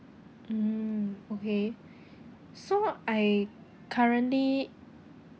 mm okay so I currently